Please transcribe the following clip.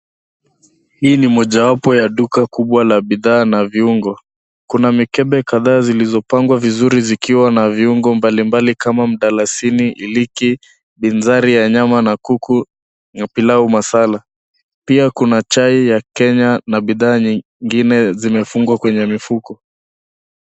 Hii ni mojawapo ya duka kubwa la bidhaa na viungo. Kuna mikebe kadhaa zilizopangwa vizuri zikiwa na viungo mbali mbali kama mdalasini, iliki, bizari ya nyama na kuku na pilau masala. Pia kuna chai ya Kenya na bidhaa nyingine zimefungwa kwenye mifuko.